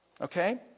Okay